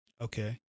Okay